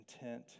intent